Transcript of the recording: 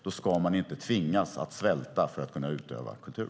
Då ska man inte tvingas att svälta för att kunna utöva kultur.